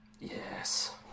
Yes